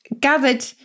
gathered